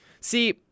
See